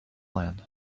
land